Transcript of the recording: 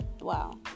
wow